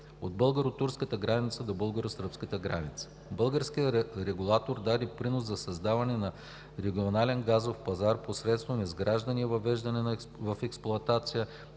от българо-турската граница до българо-сръбската граница. Българският регулатор даде принос за създаване на регионален газов пазар посредством изграждане и въвеждане в експлоатация